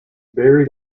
buried